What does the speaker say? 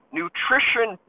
nutrition